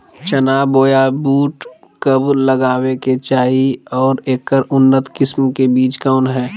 चना बोया बुट कब लगावे के चाही और ऐकर उन्नत किस्म के बिज कौन है?